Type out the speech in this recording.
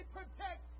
protect